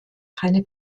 keine